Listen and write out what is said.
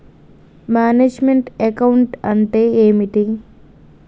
Manage meant account అంటే ఏమిటి?